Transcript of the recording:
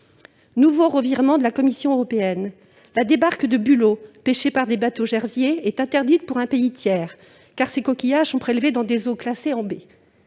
nouveau revirement de la Commission européenne, la débarque de bulots pêchés par des bateaux jersiais est interdite pour un pays tiers, car ces coquillages sont prélevés dans des eaux classées en B.